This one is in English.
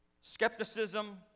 Skepticism